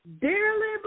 Dearly